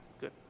Good